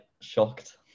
shocked